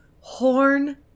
horn